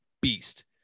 beast